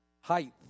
height